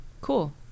cool